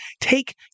take